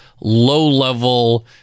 low-level